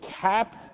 cap